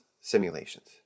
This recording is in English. simulations